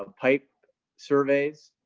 ah pipe surveys,